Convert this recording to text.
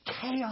chaos